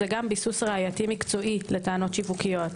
גם ביסוס ראייתי מקצועי לטענות שיווקיות.